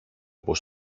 πως